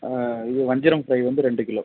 இது வஞ்சரம் ஃப்ரை வந்து ரெண்டு கிலோ